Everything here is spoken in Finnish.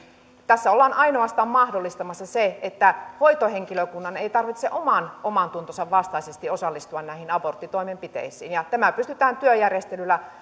tässä ollaan ainoastaan mahdollistamassa se että hoitohenkilökunnan ei tarvitse oman omantuntonsa vastaisesti osallistua näihin aborttitoimenpiteisiin tämä pystytään työjärjestelyillä